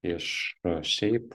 iš šiaip